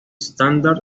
standard